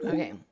Okay